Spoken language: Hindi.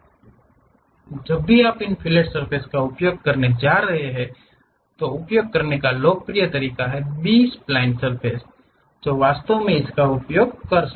जब भी आप इन फिलेट सर्फ़ेस का उपयोग करने जा रहे हैं तो उपयोग करने का लोकप्रिय तरीका बी स्प्लिन सर्फ़ेस है जो वास्तव में इसका उपयोग कर सकते हैं